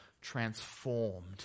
transformed